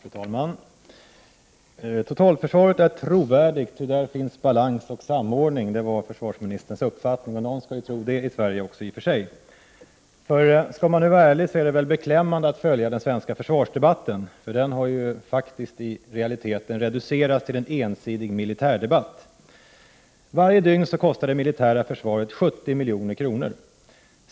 Fru talman! Totalförsvaret är trovärdigt, där finns balans och samordning. Det är försvarsministerns uppfattning, och någon i Sverige skall ju i och för sig tro det också. Skall man vara ärlig måste man säga att det är beklämmande att följa den svenska försvarsdebatten, eftersom den i realiteten har reducerats till en ensidig militärdebatt. Varje dygn kostar det militära försvaret 70 milj.kr.